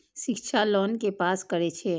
शिक्षा लोन के पास करें छै?